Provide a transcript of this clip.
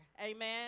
Amen